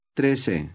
trece